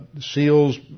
seals